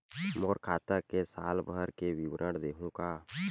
मोर खाता के साल भर के विवरण देहू का?